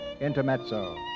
intermezzo